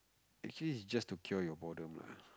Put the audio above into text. actually is just to cure your boredom lah